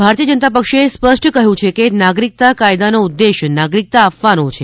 નઙા ભારતીય જનતા પક્ષે સ્પષ્ટ કહ્યું છે કે નાગરિકતા કાયદાનો ઉદેશ્ય નાગરિકતા આપવાનો છે